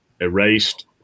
erased